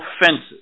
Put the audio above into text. offenses